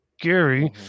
Gary